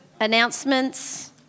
announcements